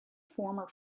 former